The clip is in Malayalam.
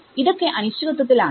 ഇതൊക്കെ അനിശ്ചിതത്വത്തിൽ ആണ്